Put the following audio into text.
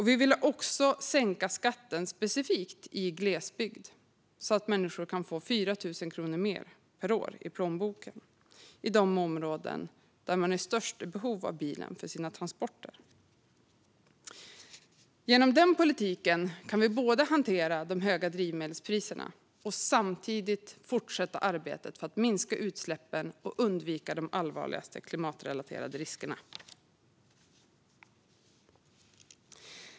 Vi vill också sänka skatten specifikt i glesbygden, så att människor kan få 4 000 kronor mer i plånboken per år i de områden där man har störst behov av bilen för sina transporter. Genom den politiken kan vi både hantera de höga drivmedelspriserna och fortsätta arbetet för att minska utsläppen och undvika de allvarligaste klimatrelaterade riskerna.